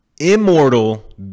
immortal